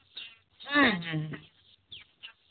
ᱦᱮᱸ ᱦᱮᱸ